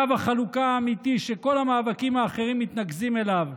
קו החלוקה האמיתי שכל המאבקים האחרים מתנקזים אליו,